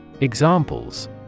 Examples